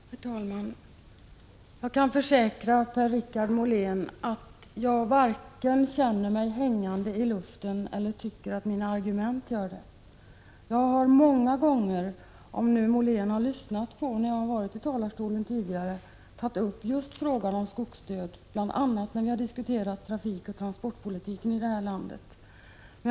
Herr talman! Jag kan försäkra Per-Richard Molén att jag varken känner mig hängande i luften eller tycker att mina argument gör det. Jag har många gånger tidigare tagit upp just frågan om skogsdöd, bl.a. när vi har diskuterat trafikoch transportpolitiken i det här landet — men Per-Richard Molén kanske inte har lyssnat då.